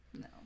no